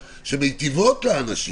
שמיטיבות עם האנשים,